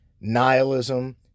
nihilism